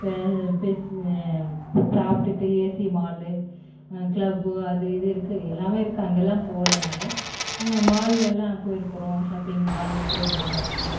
சாப்பிட்டுட்டு AC mall club அது இது இருக்குது எல்லாமே இருக்குது அங்கேலாம் போகல நாங்கள் மால் எல்லாம் போயிருக்கிறோம் ஷாப்பிங் மால் மெட்ரோ பஸாருக்கு